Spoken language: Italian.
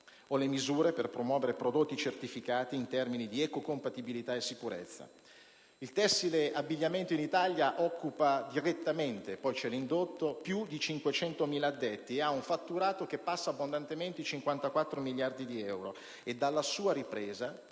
o le misure per promuovere prodotti certificati in termini di eco-compatibilità e sicurezza. Il tessile abbigliamento in Italia occupa direttamente - poi vi è l'indotto - più di 500.000 addetti ed ha un fatturato che passa abbondantemente i 54 miliardi di euro e dalla sua ripresa